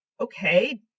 okay